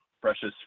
precious